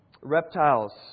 reptiles